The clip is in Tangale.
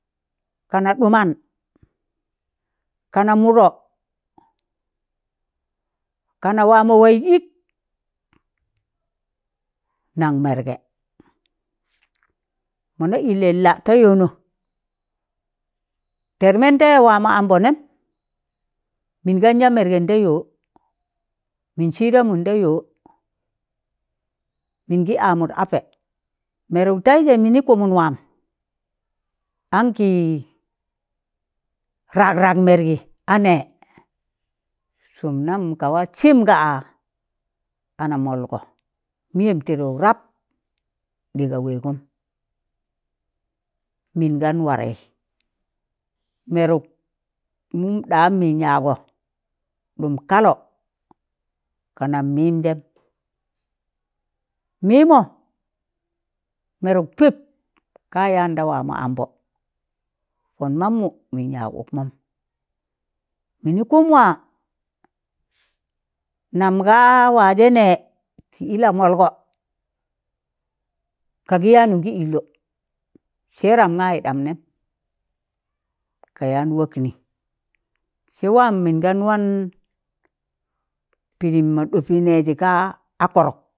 Kana ɗụman, kana mụdo,̣ kana waa mọ waịz ịk, nan mẹrgẹ mọ na ịlẹ nlad ta yọọnọ, tẹrmẹn tẹ waa mọ ambọ nẹm, mịn gan yaa mẹrgẹn da yọ, mịn sịịdamụn da yọ mịn gị amụd apẹ, mẹrụk tẹịjẹ mịnị kụmụn waam, ankị rag rag mẹrgị a nẹẹ sụm nam ka sịm ga anamọlgọ, mịyẹm tịdụk rap ɗe ga wẹẹgọm mịn gan warẹị mẹrụk mụm ɗam mịn yaagọ, ɗụm kalọ ga nam mịm jẹm, mịmọ mẹrụk pịp ka yaan da waa mọ ambọ pọn mammụ mịn yaag ụkmọm. mịnị kụm waa nam ga wajẹ nẹ tị ị lamalgọ, ka gị yaanụ gị ịlọ sẹẹram gaị ɗam nẹm ka yaan waknị, sẹ waam mịn gan wan pịdịm mọ ɗọpị mọ nẹjị ga a kọrọk.